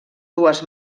dues